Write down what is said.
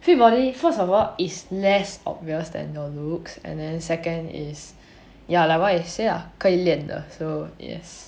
fit body first of all is less obvious than your looks and then second is ya like what you say lah 可以练的 so yes